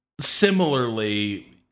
similarly